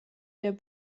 der